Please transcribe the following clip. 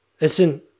Listen